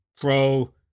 pro